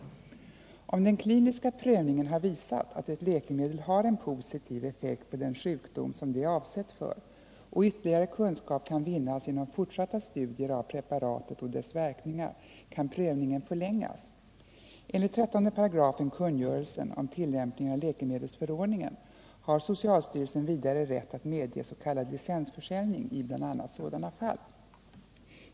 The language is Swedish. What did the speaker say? Om den kliniska prövningen har visat att ett läkemedel har en positiv effekt på den sjukdom som det är avsett för och ytterligare kunskap kan vinnas genom fortsatta studier av preparatet och dess verkningar kan prövningen förlängas. Enligt 13 § kungörelsen om tillämpningen av läkemedelsförordningen har socialstyrelsen vidare rätt att medge s.k. licensförsäljning i bl.a. sådana fall.